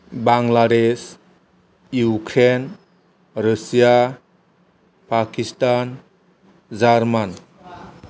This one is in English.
Bangladesh Ukraine Russia Pakistan German